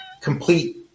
complete